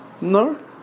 No